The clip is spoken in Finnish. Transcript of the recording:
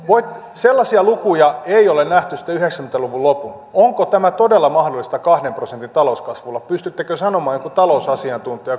sellaisia lukuja ei ole nähty sitten yhdeksänkymmentä luvun lopun onko tämä todella mahdollista kahden prosentin talouskasvulla pystyttekö sanomaan jonkun talousasiantuntijan